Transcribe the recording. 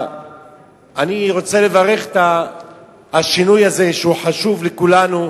אני רוצה לברך על השינוי הזה, שהוא חשוב לכולנו,